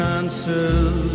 Chances